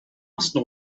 ersten